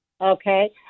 Okay